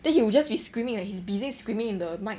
then he will just be screaming like his busy screaming in the mic